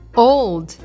old